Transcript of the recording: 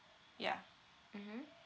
yeah mmhmm